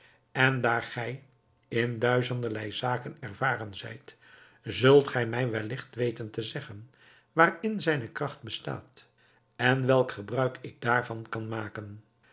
en daar gij in duizenderlei zaken ervaren zijt zult gij mij welligt weten te zeggen waarin zijne kracht bestaat en welk gebruik ik daarvan kan maken